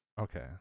Okay